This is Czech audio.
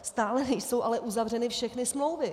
Stále nejsou ale uzavřeny všechny smlouvy.